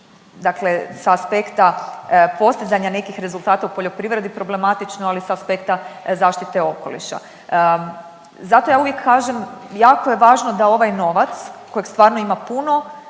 dakle s aspekta postizanja nekih rezultata u poljoprivredi problematično, ali i s aspekta zaštite okoliša. Zato ja uvijek kažem, jako je važno da ovaj novac kojeg stvarno ima puno